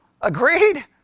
agreed